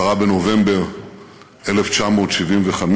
10 בנובמבר 1975,